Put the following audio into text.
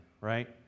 right